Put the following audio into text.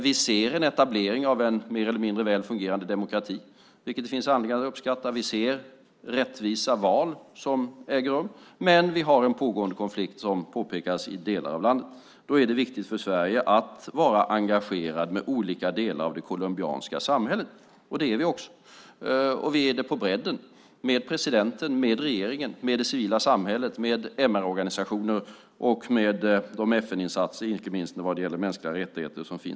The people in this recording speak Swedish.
Vi ser en etablering av en mer eller mindre väl fungerande demokrati, vilket det finns anledning att uppskatta. Vi ser rättvisa val äga rum. Vi har emellertid också, som det påpekas, en pågående konflikt i delar av landet. Då är det viktigt för Sverige att vara engagerat i olika delar av det colombianska samhället, och det är vi också. Vi är det på bredden - med presidenten, regeringen, det civila samhället, MR-organisationer och de FN-insatser som finns i detta sammanhang, inte minst vad gäller mänskliga rättigheter.